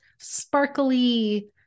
sparkly